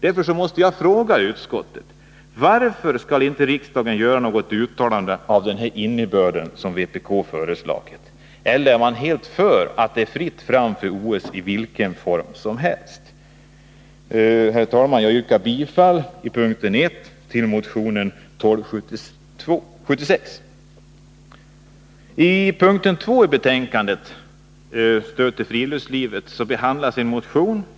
Därför måste jag fråga utskottet: Varför skall riksdagen inte göra något uttalande av den innebörd som vpk föreslagit? Eller är man helt för att det skall vara fritt fram för OS i vilken form som helst? Herr talman! Jag yrkar under punkt 1 bifall till motion 1276.